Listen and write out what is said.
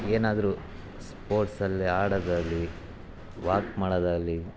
ಏನಾದ್ರೂ ಸ್ಪೋರ್ಟ್ಸಲ್ಲಿ ಆಡೋದಾಗ್ಲಿ ವಾಕ್ ಮಾಡೋದಾಗ್ಲಿ